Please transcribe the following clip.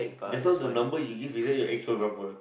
just now the number you give is that your number